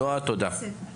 אלי דלל